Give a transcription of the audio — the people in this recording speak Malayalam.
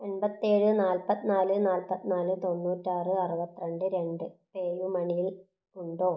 എൺപത്തേഴ് നാൽപ്പത്തിനാല് നാൽപ്പത്തിനാല് തൊണ്ണൂറ്റാറ് അറുപത്തിരണ്ട് രണ്ട് പേ യു മണിയിൽ ഉണ്ടോ